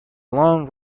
long